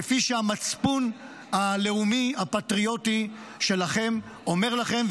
כפי שהמצפון הלאומי הפטריוטי שלכם אומר לכם,